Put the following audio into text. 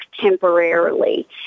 temporarily